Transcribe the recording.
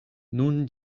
nun